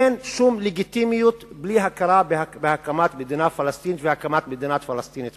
אין שום לגיטימיות בלי הכרה בהקמת מדינה פלסטינית והקמת מדינה פלסטינית